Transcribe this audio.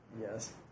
Yes